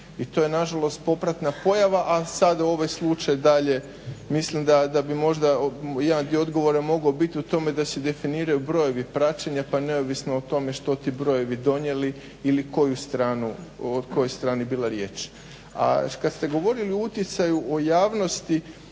i to je nažalost popratna pojava. A sada u ovaj slučaj dalje mislim da bi možda … odgovora mogao biti u tome da se definiraju brojevi praćenja pa neovisno o tome što ti brojevi donijeli ili o kojoj strani bila riječ. A kada ste govorili o utjecaju o javnosti